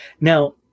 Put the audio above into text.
Now